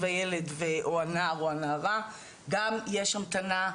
הילד או הנער או הנערה גם יש המתנה,